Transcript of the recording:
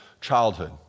childhood